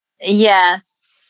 Yes